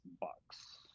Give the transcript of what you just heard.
Bucks